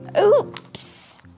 Oops